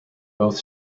both